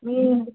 మ్మ్